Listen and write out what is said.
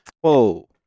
Whoa